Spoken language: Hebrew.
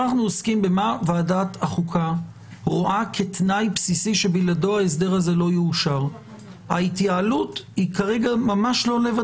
החלק השלישי הוא באמת ההתייעלות הצפויה לאור המעבר להיוועדות